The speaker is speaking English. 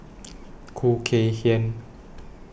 Khoo Kay Hian